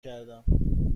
کردم